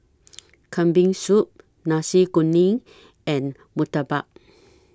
Kambing Soup Nasi Kuning and Murtabak